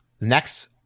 Next